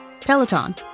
Peloton